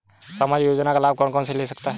सामाजिक योजना का लाभ कौन कौन ले सकता है?